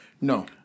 No